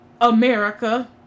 America